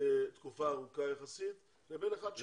תקופה ארוכה יחסית לבין אחד שרק הגיע.